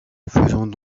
faisons